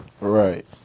Right